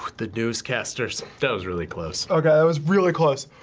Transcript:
the newscasters. that was really close. okay, that was really close.